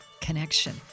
connection